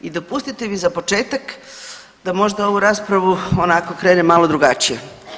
I dopustite mi za početak da možda ovu raspravu onako krenem malo drugačije.